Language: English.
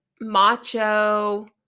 macho